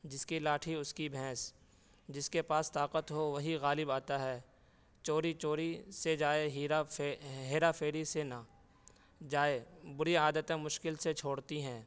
جس کی لاٹھی اس کی بھینس جس کے پاس طاقت ہو وہی غالب آتا ہے چوری چوری سے جائے ہیرا پھیری سے نہ جائے بری عادتیں مشکل سے چھوڑتی ہیں